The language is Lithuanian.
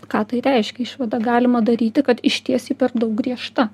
ką tai reiškia išvadą galima daryti kad išties ji per daug griežta